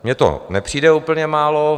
Mně to nepřijde úplně málo.